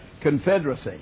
confederacy